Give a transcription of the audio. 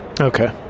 Okay